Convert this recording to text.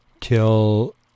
till